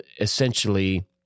essentially